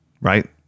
right